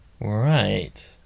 Right